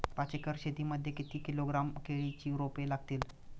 पाच एकर शेती मध्ये किती किलोग्रॅम केळीची रोपे लागतील?